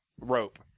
rope